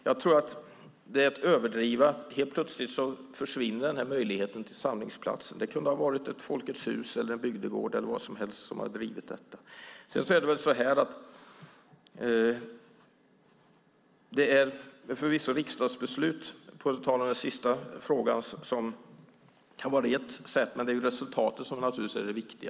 Jag tror att det är att överdriva att tro att möjligheten till samlingsplats helt plötsligt försvinner. Det kunde ha varit ett Folkets hus, en bygdegård eller vad som helst som driver detta. För att ta den sista frågan är riksdagsbeslut förvisso ett sätt, men det är naturligtvis resultatet som är det viktiga.